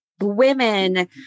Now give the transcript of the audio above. women